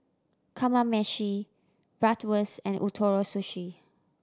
Kamameshi Bratwurst and Ootoro Sushi